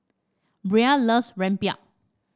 Bria loves rempeyek